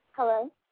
Hello